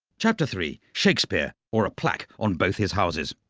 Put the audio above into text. chapter three shakespeare or a plaque on both his houses.